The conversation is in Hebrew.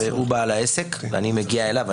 אם לצורך העניין הוא בעל העסק, ואני מגיע אליו.